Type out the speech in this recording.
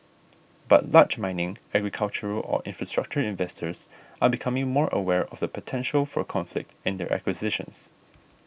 but large mining agricultural or infrastructure investors are becoming more aware of the potential for conflict in their acquisitions